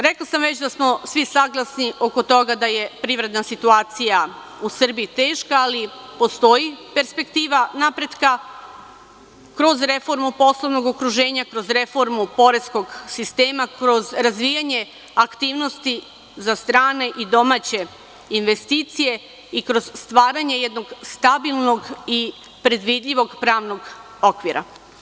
Rekla sam već da smo svi saglasni oko toga da je privredna situacija u Srbiji teška, ali postoji perspektiva napretka kroz reformu poslovnog okruženja, kroz reformu poreskog sistema, kroz razvijanje aktivnosti za strane i domaće investicije i kroz stvaranje jednog stabilnog i predvidljivog pravnog okvira.